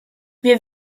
wir